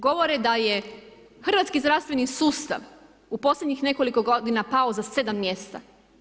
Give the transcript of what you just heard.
Govore da je hrvatski zdravstveni sustav u posljednjih nekoliko godina pao za 7 mjesta.